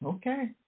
Okay